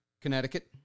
Connecticut